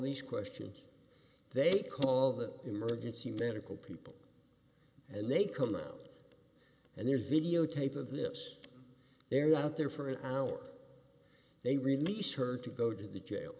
these questions they call the emergency medical people and they come out and there's videotape of this area out there for an hour they released her to go to the jail